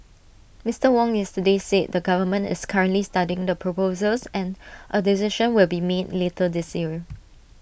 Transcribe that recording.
Mister Wong yesterday said the government is currently studying the proposals and A decision will be made later this year